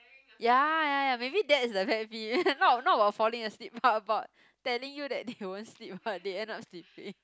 ya ya ya maybe that is the pet peeve not not about falling asleep but about telling you that they won't but they end up sleeping